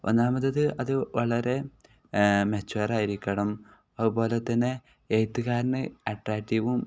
ഒന്നാമത് അത് അത് വളരെ മെച്ചുവർ ആയിരിക്കണം അതുപോലെ തന്നെ എഴുത്തുകാരന് അട്രാക്റ്റീവും